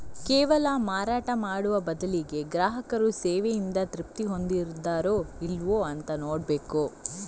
ಕೇವಲ ಮಾರಾಟ ಮಾಡುವ ಬದಲಿಗೆ ಗ್ರಾಹಕರು ಸೇವೆಯಿಂದ ತೃಪ್ತಿ ಹೊಂದಿದಾರೋ ಇಲ್ವೋ ಅಂತ ನೋಡ್ಬೇಕು